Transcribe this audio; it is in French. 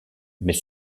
mais